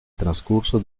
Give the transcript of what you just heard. transcurso